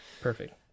Perfect